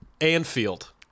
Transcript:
Anfield